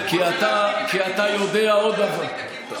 כי אתה יודע עוד דבר,